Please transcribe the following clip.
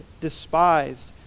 despised